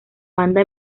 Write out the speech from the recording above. banda